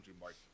mark